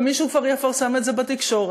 ומישהו כבר יפרסם את זה בתקשורת,